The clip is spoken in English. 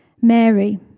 Mary